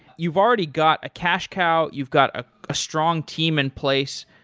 you've already got a cash cow, you've got ah a strong team in place.